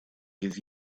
gives